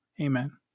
Amen